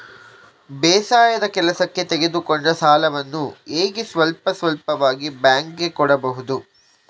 ಬೇಸಾಯದ ಕೆಲಸಕ್ಕೆ ತೆಗೆದುಕೊಂಡ ಸಾಲವನ್ನು ಹೇಗೆ ಸ್ವಲ್ಪ ಸ್ವಲ್ಪವಾಗಿ ಬ್ಯಾಂಕ್ ಗೆ ಕೊಡಬಹುದು?